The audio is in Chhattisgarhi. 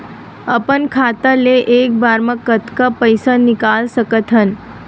अपन खाता ले एक बार मा कतका पईसा निकाल सकत हन?